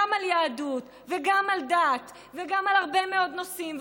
על יהדות וגם על דת וגם על הרבה מאוד נושאים.